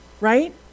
right